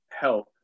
help